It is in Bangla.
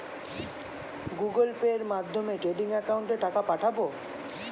গুগোল পের মাধ্যমে ট্রেডিং একাউন্টে টাকা পাঠাবো?